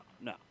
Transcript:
no